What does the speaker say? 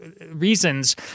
reasons